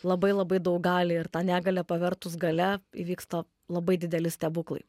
labai labai daug gali ir tą negalią pavertus galia įvyksta labai dideli stebuklai